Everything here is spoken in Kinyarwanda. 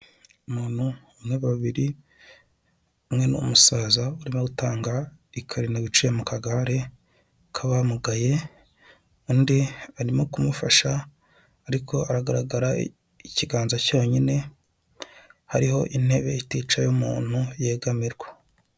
Umuntu umwe, babiri umwe ni umusaza urimo gutanga ikarine, yicaye mu kagare k'abamugaye. Undi arimo kumufasha ariko agaragara ikiganza cyonyine, hariho intebe iticayeho umuntu yegamirwa.